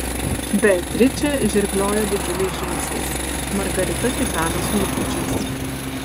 beatričė žirgliojo didžiuliais žingsniais margarita tipeno smulkučiais